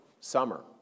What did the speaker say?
summer